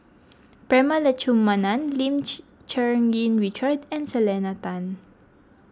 Prema Letchumanan Lim Cherng Yih Richard and Selena Tan